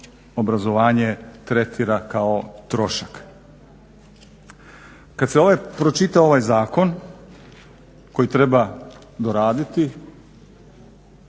obrazovanje tretira kao trošak. Kad se pročita ovaj zakon koji treba doraditi